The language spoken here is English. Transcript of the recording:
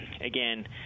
again